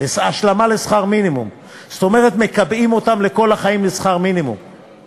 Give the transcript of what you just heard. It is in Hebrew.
קבע שמותר להפעיל לחץ פיזי מתון על נחקרים בענייני ביטחון,